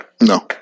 no